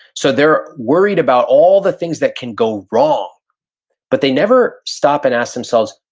so they're worried about all the things that can go wrong but they never stop and ask themselves,